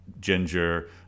ginger